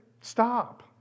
Stop